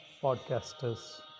podcasters